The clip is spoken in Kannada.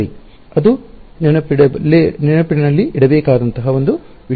ಆದ್ದರಿಂದ ಅದು ನೆನಪಿನಲ್ಲಿಡಬೇಕಾದ ವಿಷಯ